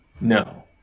No